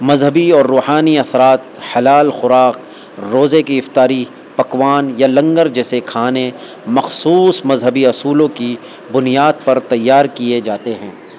مذہبی اور روحانی اثرات حلال خوراک روزے کی افطاری پکوان یا لنگر جیسے کھانے مخصوص مذہبی اصولوں کی بنیاد پر تیار کیے جاتے ہیں